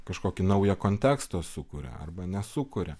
kažkokį naują kontekstą sukuria arba nesukuria